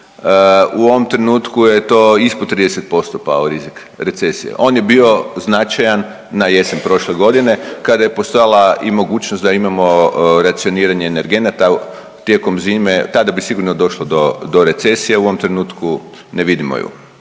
u ovom trenutku je to ispod 30% pao rizik recesije. On je bio značajan na jesen prošle godine kada je postojala i mogućnost da imamo racioniranje energenata tijekom zime, tada bi sigurno došlo do, do recesije, u ovom trenutku ne vidimo ju,